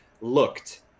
looked